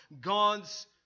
God's